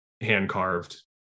hand-carved